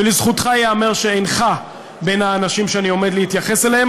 ולזכותך ייאמר שאינך בין האנשים שאני עומד להתייחס אליהם,